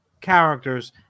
characters